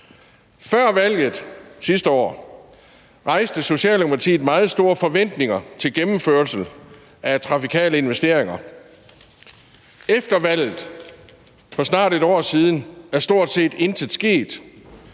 Før valget sidste år rejste Socialdemokratiet meget store forventninger til gennemførelse af trafikale investeringer. Efter valget for snart et år siden er stort set intet sket.